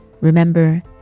Remember